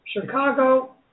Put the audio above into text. Chicago